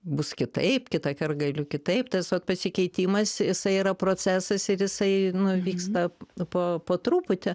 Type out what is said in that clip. bus kitaip kitąkart galiu kitaip tiesiog pasikeitimas jisai yra procesas ir jisai nu vyksta po po truputį